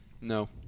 No